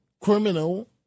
criminal